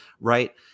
right